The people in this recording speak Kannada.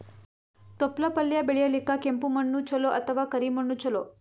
ತೊಪ್ಲಪಲ್ಯ ಬೆಳೆಯಲಿಕ ಕೆಂಪು ಮಣ್ಣು ಚಲೋ ಅಥವ ಕರಿ ಮಣ್ಣು ಚಲೋ?